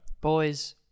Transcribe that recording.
boys